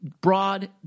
Broad